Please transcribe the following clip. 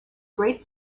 great